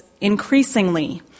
Increasingly